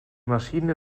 maschine